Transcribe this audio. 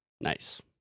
Nice